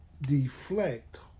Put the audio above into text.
deflect